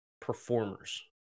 performers